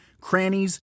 crannies